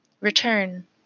return